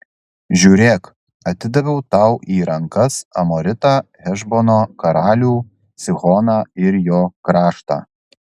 žiūrėk atidaviau tau į rankas amoritą hešbono karalių sihoną ir jo kraštą